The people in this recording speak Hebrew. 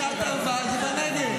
אתם טוענים שקריית ארבע היא בנגב.